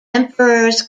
emperors